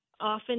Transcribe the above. often